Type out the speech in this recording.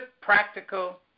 practical